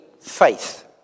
faith